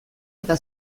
eta